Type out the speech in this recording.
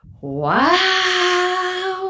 wow